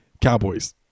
Cowboys